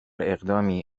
اقدامی